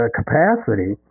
capacity